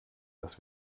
dass